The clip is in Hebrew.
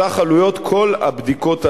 סך עלויות כל הבדיקות האלה.